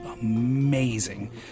amazing